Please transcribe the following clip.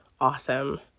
awesome